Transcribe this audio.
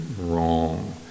wrong